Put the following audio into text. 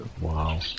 Wow